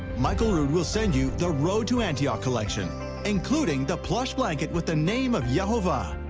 michael rood will sent you the road to antioch collection including the plush blanket with the name of yehovah.